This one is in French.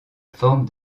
forme